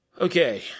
Okay